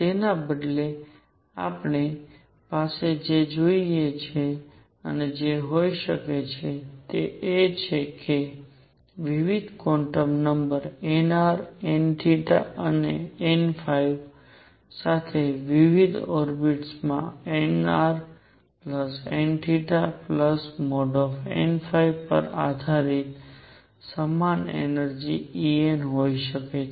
તેના બદલે આપણી પાસે જે હોઈ શકે તે એ છે કે વિવિધ quantum number nr n theta અને n સાથેની વિવિધ ઓર્બિટ્સ માં nrn|n| પર આધારિત સમાન એનર્જિ En હોઈ શકે છે